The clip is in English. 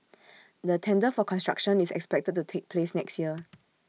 the tender for construction is expected to take place next year